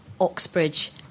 Oxbridge